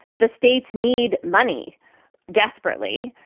the states need money desperately.